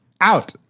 out